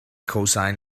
cosine